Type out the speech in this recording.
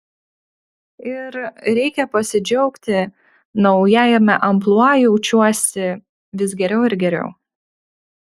ir reikia pasidžiaugti naujajame amplua jaučiuosi vis geriau ir geriau